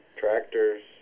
Tractors